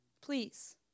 Please